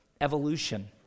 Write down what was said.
evolution